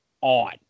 on